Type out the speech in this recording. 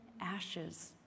ashes